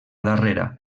darrera